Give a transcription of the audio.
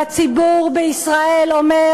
הציבור בישראל אומר: